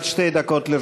כן, אדוני.